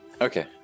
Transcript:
Okay